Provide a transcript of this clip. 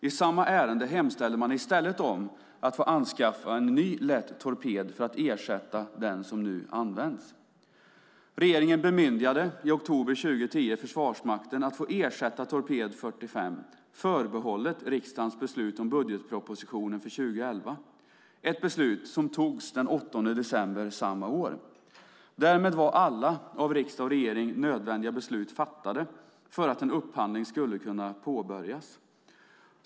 I samma ärende hemställde man i stället om att få anskaffa ny lätt torped för att ersätta den som nu används. Regeringen bemyndigade i oktober 2010 Försvarsmakten att få ersätta torped 45 förbehållet riksdagens beslut om budgetpropositionen för 2011, ett beslut som togs den 8 december samma år. Därmed var alla av riksdag och regering nödvändiga beslut fattade för att en upphandling skulle kunna påbörjas.